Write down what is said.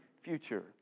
future